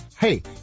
Hey